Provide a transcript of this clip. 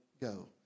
go